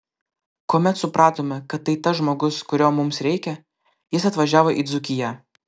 kuomet supratome kad tai tas žmogus kurio mums reikia jis atvažiavo į dzūkiją